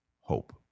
hope